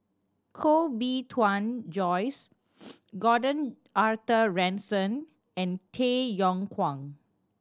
Koh Bee Tuan Joyce Gordon Arthur Ransome and Tay Yong Kwang